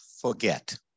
forget